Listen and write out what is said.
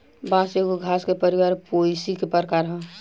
बांस एगो घास के परिवार पोएसी के प्रकार ह